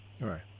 right